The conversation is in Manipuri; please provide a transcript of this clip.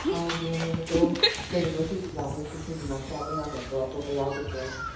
ꯐꯥꯎꯒꯦꯍꯦ ꯑꯗꯣ ꯀꯩꯅꯣ ꯁꯤꯡꯖꯨ ꯆꯥꯗꯣꯏꯁꯦ ꯁꯤꯡꯖꯨ ꯉꯥꯛ ꯆꯥꯕ ꯆꯥꯒꯗ꯭ꯔꯣ ꯑꯇꯣꯞꯄ ꯌꯥꯎꯒꯗ꯭ꯔꯣ